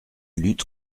lutte